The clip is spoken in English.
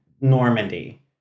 Normandy